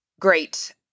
great